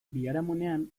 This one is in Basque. biharamunean